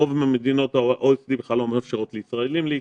רוב מדינות ה-OECD בכלל לא מאפשרות לישראלים להיכנס.